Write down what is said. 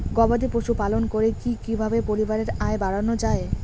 গবাদি পশু পালন করে কি কিভাবে পরিবারের আয় বাড়ানো যায়?